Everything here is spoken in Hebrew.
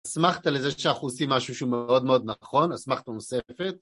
אסמכתא לזה שאנחנו עושים משהו שהוא מאוד מאוד נכון, אסמכת נוספת.